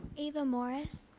eva morris.